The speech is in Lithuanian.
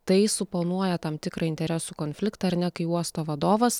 tai suponuoja tam tikrą interesų konfliktą ar ne kai uosto vadovas